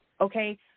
okay